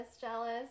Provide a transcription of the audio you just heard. jealous